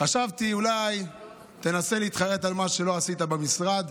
חשבתי אולי תנסה להתחרט על מה שלא עשית במשרד,